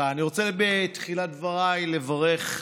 בתחילת דבריי אני רוצה לברך.